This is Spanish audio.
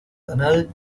canal